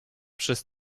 przez